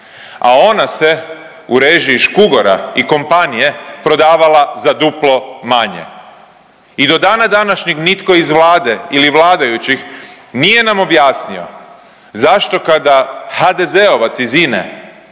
a ona se u režiji Škugora i kompanije prodavala za duplo manje i do dana današnjeg nitko iz vlade ili vladajućih nije nam objasnio zašto kada HDZ-ovac iz INA-e